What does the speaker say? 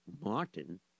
Martin